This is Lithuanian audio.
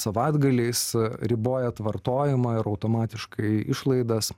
savaitgaliais ribojat vartojimą ir automatiškai išlaidas